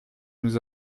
nous